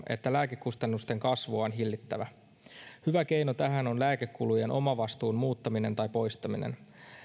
että lääkekustannusten kasvua on hillittävä hyvä keino tähän on lääkekulujen omavastuun muuttaminen tai poistaminen